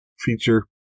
feature